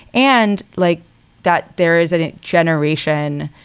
and like that there is a generation,